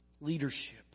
Leadership